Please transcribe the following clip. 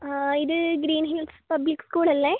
ഇത് Green Hills Public School അല്ലേ